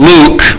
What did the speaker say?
Luke